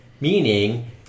meaning